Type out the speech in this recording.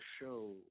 show